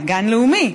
זה גן לאומי.